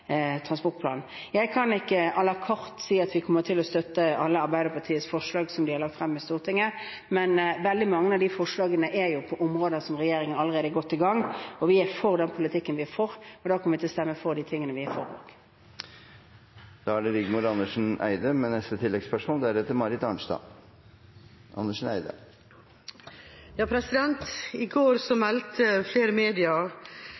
Jeg kan ikke à la carte si at vi kommer til å støtte alle Arbeiderpartiets forslag som de har lagt frem i Stortinget. Veldig mange av de forslagene er på områder hvor regjeringen allerede er godt i gang. Vi er for den politikken vi er for, og da kommer vi til å stemme for de tingene vi er for. Rigmor Andersen Eide – til oppfølgingsspørsmål. I går meldte flere media det de kalte «en helt vanvittig temperaturøkning» i